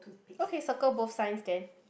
okay circle both signs then